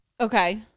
Okay